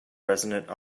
resonant